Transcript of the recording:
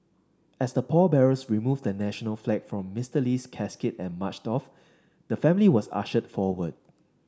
as the pallbearers removed the national flag from Mister Lee's casket and marched off the family was ushered forward